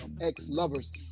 ex-lovers